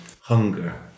hunger